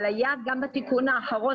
אבל היה את התיקון אחרון,